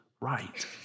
right